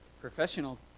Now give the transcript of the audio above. professional